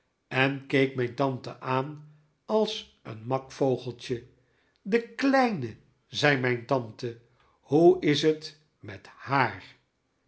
en keek mijn tante aan als een mak vogeltje de kleine zei mijn tante hoe is het met haar